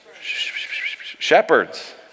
Shepherds